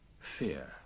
fear